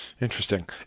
Interesting